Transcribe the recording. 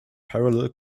parallel